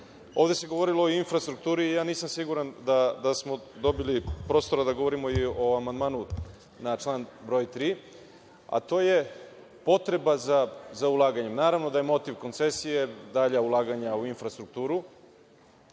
se govorilo o infrastrukturi i ja nisam siguran da smo dobili prostora da govorimo i o amandmanu na član 3, a to je potreba za ulaganjem. Naravno, da je motiv koncesije dalja ulaganja u infrastrukturu.